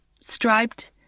striped